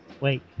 Wait